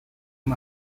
him